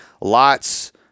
lots